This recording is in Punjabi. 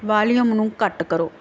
ਵਾਲੀਅਮ ਨੂੰ ਘੱਟ ਕਰੋ